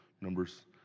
numbers